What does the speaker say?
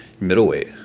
Middleweight